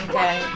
Okay